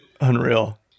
unreal